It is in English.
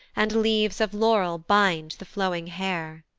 and leaves of laurel bind the flowing hair.